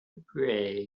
pray